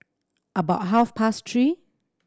about half past three